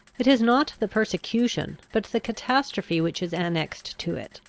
it is not the persecution, but the catastrophe which is annexed to it,